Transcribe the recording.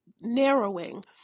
narrowing